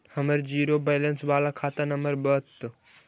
हमर zero balance बाला खाता नम्बर बत?